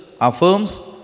affirms